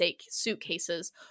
suitcases